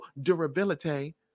durability